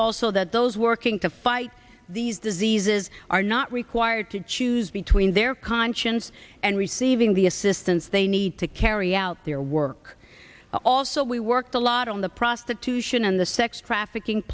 also that those working to fight these diseases are not required to choose between their conscience and receiving the assistance they need to carry out their work also we worked a lot on the prostitution and the sex trafficking